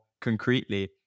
concretely